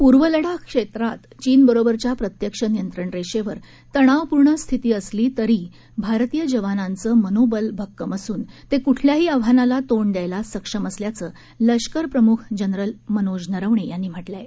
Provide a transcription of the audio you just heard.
पूर्व लडाख क्षेत्रात चीनबरोबरच्या प्रत्यक्ष नियंत्रण रेषेवर तणावपूर्ण स्थिती असली तरी भारतीय जवानाचं मनोबल भक्कम असून ते क्ठल्याही आव्हानाला तोंड द्यायला सक्षम असल्याचं लष्कर प्रम्ख जनरल मनोज नरवणे यांनी म्हटलं आहे